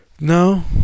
no